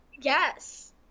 Yes